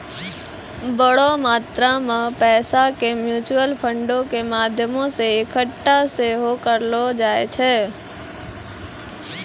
बड़ो मात्रा मे पैसा के म्यूचुअल फंडो के माध्यमो से एक्कठा सेहो करलो जाय छै